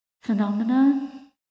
phenomena